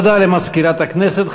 תודה למזכירת הכנסת.